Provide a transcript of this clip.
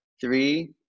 three